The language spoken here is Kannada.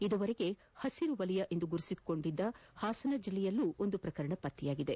ಈವರೆಗೂ ಹಸಿರು ವಲಯ ಎಂದು ಗುರುತಿಸಿಕೊಂಡಿದ್ದ ಹಾಸನ ಜಿಲ್ಲೆಯಲ್ಲೂ ಒಂದು ಪ್ರಕರಣ ಪತ್ತೆಯಾಗಿದೆ